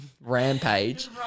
rampage